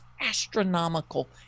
astronomical